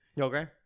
Okay